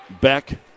Beck